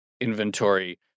inventory